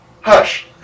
Hush